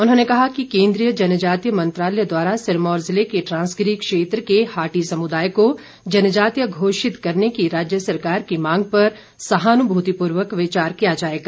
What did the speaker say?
उन्होंने कहा कि केन्द्रीय जनजातीय मंत्रालय द्वारा सिरमौर जिले में ट्रांसगिरी क्षेत्र के हाटी समुदाय को जनजातीय घोषित करने की राज्य सरकार की मांग पर सहानुभूतिपूर्वक विचार किया जाएगा